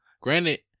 Granted